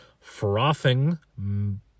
frothing